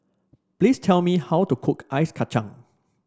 please tell me how to cook Ice Kachang